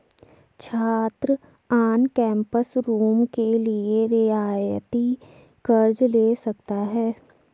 छात्र on campus room के लिए रियायती कर्ज़ ले सकता है